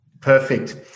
Perfect